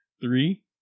Three